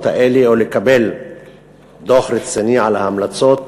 האלה או לקבל דוח רציני על ההמלצות,